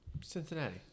Cincinnati